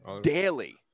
Daily